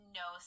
no